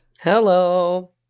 Hello